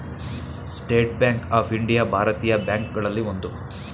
state Bank of India ಭಾರತೀಯ bank ಗಳಲ್ಲಿ ಒಂದು